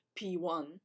P1